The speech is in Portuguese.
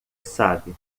sabe